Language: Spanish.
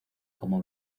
como